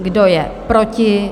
Kdo je proti?